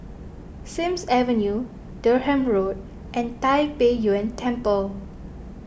Sims Avenue Durham Road and Tai Pei Yuen Temple